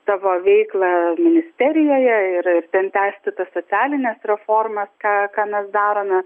savo veiklą ministerijoje ir ir ten tęsti tas socialines reformas ką ką mes darome